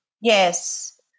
Yes